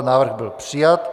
Návrh byl přijat.